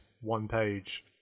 one-page